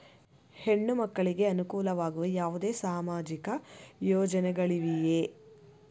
ಹೆಣ್ಣು ಮಕ್ಕಳಿಗೆ ಅನುಕೂಲವಾಗುವ ಯಾವುದೇ ಸಾಮಾಜಿಕ ಯೋಜನೆಗಳಿವೆಯೇ?